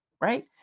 right